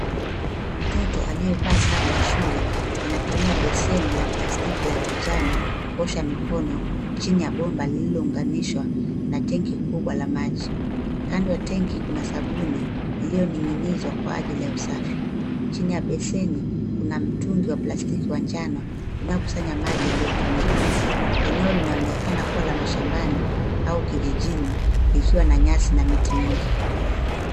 Mtoto aliyevaa sare ya shule anatumia beseni la plastiki la kijani kuosha mikono chini ya bomba lililounganishwa na tenki kubwa la maji. Kando ya tenki kuna sabuni iliyoning'inizwa kwa ajili ya usafi. Chini ya beseni, kuna mtungi wa plastiki wa njano unaokusanya maji yaliyotumika. Eneo linaonekana kuwa la mashambani au kijijini, ikiwa na nyasi na miti mingi.